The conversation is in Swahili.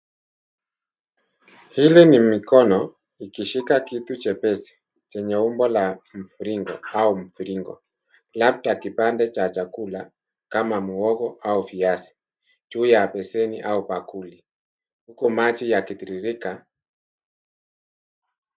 Hili ni mikono ikishika kitu chepesi chenye umbo la mviringo au mviringo labda kipande cha chakula kama muhongo au viazi juu ya beseni au bakuli huku maji yakitiririka.